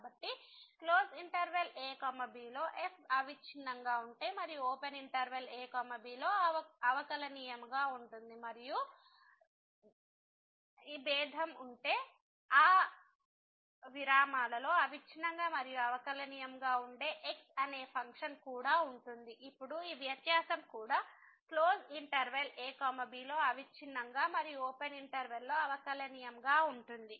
కాబట్టి closed interval a b లో f అవిచ్ఛిన్నత ఉంటే మరియు ఓపెన్ ఇంటర్వెల్ a bలో అవకలనియమం గా ఉంటుంది మరియు భేదం ఉంటే ఆ విరామాలలో అవిచ్ఛిన్నంగా మరియు అవకలనియమం గా ఉండే x అనే ఫంక్షన్ కూడా ఉంటుంది ఇప్పుడు ఈ వ్యత్యాసం కూడా క్లోజ్డ్ ఇంటర్వెల్a b లో అవిచ్ఛిన్నంగా మరియు ఓపెన్ ఇంటర్వెల్ a bలో అవకలనియమం గా ఉంటుంది